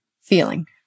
feeling